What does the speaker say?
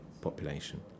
population